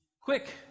Quick